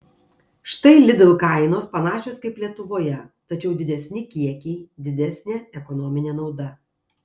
štai lidl kainos panašios kaip lietuvoje tačiau didesni kiekiai didesnė ekonominė nauda